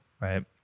right